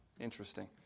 Interesting